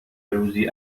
روزی